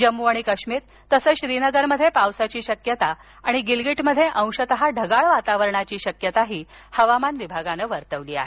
जम्मू आणि काश्मीर तसच श्रीनगरमध्ये पावसाची शक्यात असून गिलगीटमध्ये अंशतः ढगाळ वातावरणाची शक्यता हवामान विभागानं वर्तवली आहे